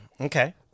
Okay